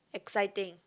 exciting